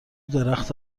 درخت